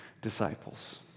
disciples